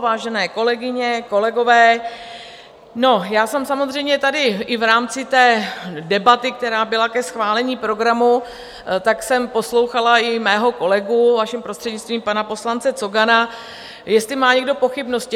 Vážené kolegyně, kolegové, já jsem samozřejmě tady i v rámci debaty, která byla ke schválení programu, poslouchala i svého kolegu, vaším prostřednictvím, pana poslance Cogana, jestli má někdo pochybnosti.